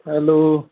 hello